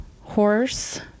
horse